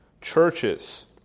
churches